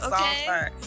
Okay